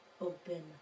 open